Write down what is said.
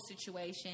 situation